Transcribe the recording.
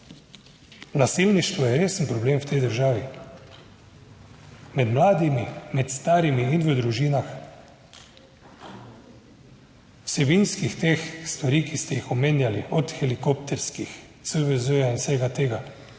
Nasilništvo je resen problem v tej državi, med mladimi, med starimi in v družinah. Vsebinskih teh stvari, ki ste jih omenjali, od helikopterskih, CVZ in vsega tega.